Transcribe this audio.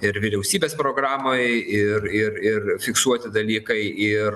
ir vyriausybės programoj ir ir ir fiksuoti dalykai ir